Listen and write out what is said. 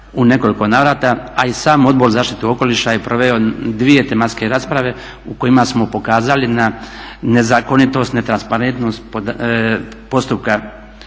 u nekoliko navrata, a i sam Odbor za zaštitu okoliša je proveo dvije tematske rasprave u kojima smo pokazali na nezakonitost, netransparentnost postupka